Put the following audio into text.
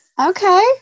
okay